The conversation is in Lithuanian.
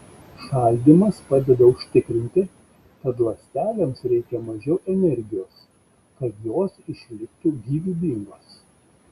šaldymas padeda užtikrinti kad ląstelėms reikia mažiau energijos kad jos išliktų gyvybingos